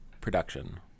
production